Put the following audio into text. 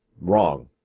wrong